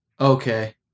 Okay